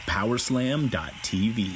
Powerslam.tv